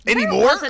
Anymore